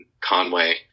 Conway